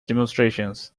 demonstrations